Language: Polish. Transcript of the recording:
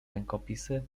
rękopisy